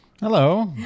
Hello